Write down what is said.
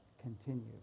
continue